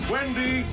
Wendy